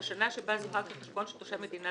בשנה שבה זוהה כחשבון של תושב מדינה